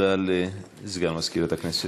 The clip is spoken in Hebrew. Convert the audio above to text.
הודעה לסגן מזכירת הכנסת.